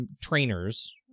trainers